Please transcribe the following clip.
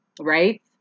right